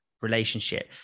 relationship